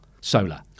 solar